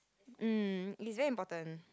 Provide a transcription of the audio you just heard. mm is very important